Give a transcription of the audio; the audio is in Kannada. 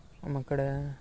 ನಮ್ಮ ಕಡೆ